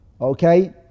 Okay